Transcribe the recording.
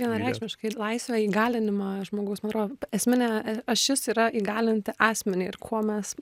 vienareikšmiškai laisvą įgalinimą žmogaus man atrodo esminė ašis yra įgalinti asmenį ir kuo mes